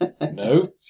No